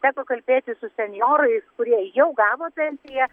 teko kalbėtis su senjorais kurie jau gavo pensiją